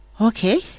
Okay